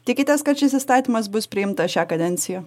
tikitės kad šis įstatymas bus priimtas šią kadenciją